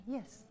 Yes